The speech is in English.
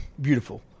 beautiful